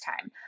time